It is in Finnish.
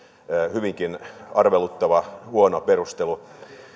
hyvinkin arveluttava huono perustelu